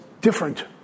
different